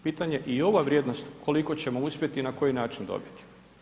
Pitanje i ova vrijednost koliko ćemo uspjeti i na koji način dobiti.